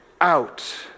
out